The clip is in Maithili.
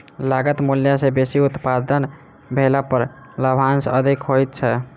लागत मूल्य सॅ बेसी उत्पादन भेला पर लाभांश अधिक होइत छै